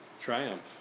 Triumph